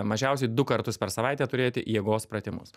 mažiausiai du kartus per savaitę turėti jėgos pratimus